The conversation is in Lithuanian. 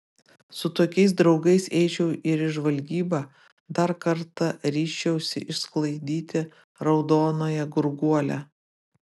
su tokiais draugais eičiau ir į žvalgybą dar kartą ryžčiausi išsklaidyti raudonąją gurguolę